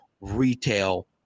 retail